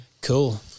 Cool